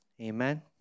Amen